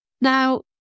Now